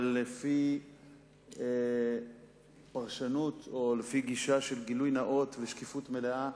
אבל לפי פרשנות או לפי גישה של גילוי נאות ושקיפות מלאה